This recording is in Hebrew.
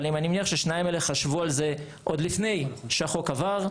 אבל אני מניח ששניים האלה חשבו על זה עוד לפני שהחוק עבר.